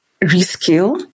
reskill